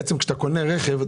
כשאתה קונה רכב,